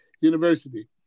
University